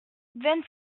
vingt